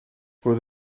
roedd